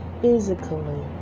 physically